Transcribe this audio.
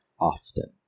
often